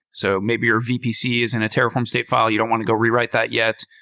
so maybe your vpc is in a terraform state file. you don't want to go rewrite that yet.